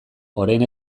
orain